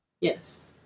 Yes